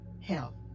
hell